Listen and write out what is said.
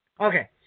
Okay